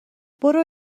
برو